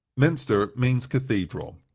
minster means cathedral.